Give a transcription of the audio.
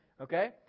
Okay